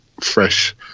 fresh